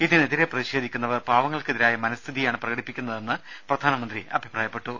ഇതിനെതിരെ പ്രതിഷേധിക്കുന്നവർ പാവങ്ങൾക്കെതിരായ മനസ്ഥിതിയാണ് പ്രകടിപ്പിക്കുന്നതെന്ന് പ്രധാനമന്ത്രി അഭിപ്രായപ്പെട്ടു